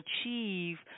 achieve